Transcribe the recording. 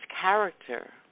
character